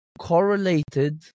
correlated